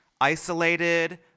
Isolated